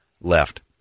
left